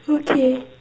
okay